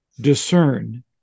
discern